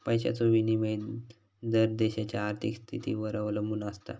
पैशाचो विनिमय दर देशाच्या आर्थिक स्थितीवर अवलंबून आसता